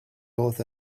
both